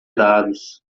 dados